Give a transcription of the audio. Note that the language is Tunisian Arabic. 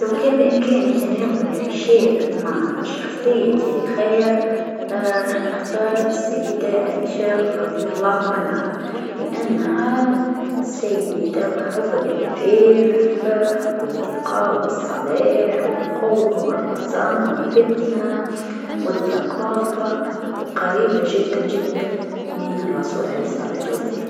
لو كان بإمكاني تناول عشاء مع شخصيه تاريخيه راح نختار سيده عائشه رضي الله عنها لأنها سيده معروفه بالعفاف و الدقه و الصلاح و القوه و الرزانه و الفتنه و الثفاقه و قريبه جدا جدا من الرسول عليه الصلاة و السلام.